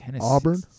Auburn